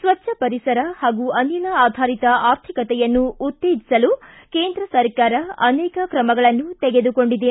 ಸ್ವಚ್ಹ ಪರಿಸರ ಹಾಗೂ ಅನಿಲ ಆಧಾರಿತ ಆರ್ಥಿಕತೆಯನ್ನು ಉತ್ತೇಜಿಸಲು ಕೇಂದ್ರ ಸರ್ಕಾರ ಅನೇಕ ಕ್ರಮಗಳನ್ನು ತೆಗೆದುಕೊಂಡಿದೆ